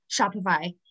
Shopify